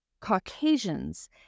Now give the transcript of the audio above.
Caucasians